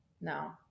No